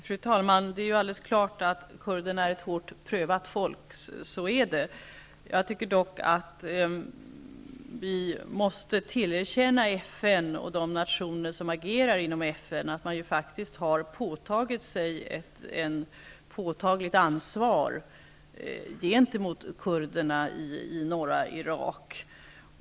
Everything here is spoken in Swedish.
Fru talman! Det är alldeles klart att kurderna är ett hårt prövat folk. Jag tycker dock att vi måste erkänna att FN och de nationer som agerar inom FN faktiskt har tagit på sig ett påtagligt ansvar gentemot kurderna i norra Irak.